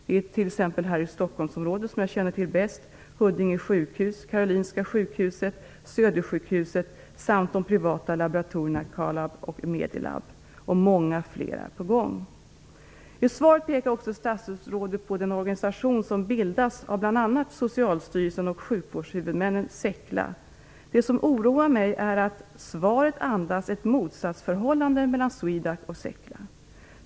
Det är t.ex. i Stockholmsområdet, som jag bäst känner till, Huddinge sjukhus, Karolinska sjukhuset, Södersjukhuset samt de privata laboratorierna Calab och Medilab. Många fler är på gång. I svaret pekar statsrådet också på den organisation, SEQLA, som bildats av bl.a. Socialstyrelsen och sjukvårdshuvudmännen. Det som oroar mig är att svaret andas ett motsatsförhållande mellan SWEDAC och SEQLA.